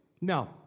No